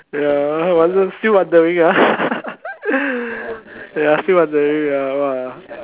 ya wander~ still wandering ah ya still wandering ah !wah!